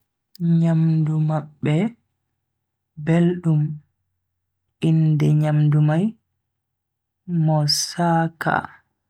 Nyamdu mabbe beldum, inde nyamdu mai moussaka.